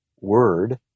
word